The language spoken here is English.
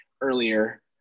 earlier